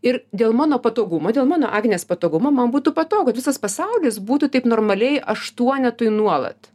ir dėl mano patogum dėl mano agnės patogumo man būtų patogu visas pasaulis būtų taip normaliai aštuonetui nuolat